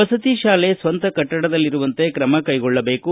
ಮಸತಿ ಶಾಲೆ ಸ್ವಂತ ಕಟ್ಟಡದಲ್ಲಿರುವಂತೆ ಕ್ರಮ ಕೈಗೊಳ್ಳಬೇಕು